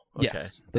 Yes